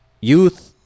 youth